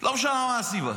לא משנה מה הסיבה.